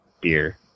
beer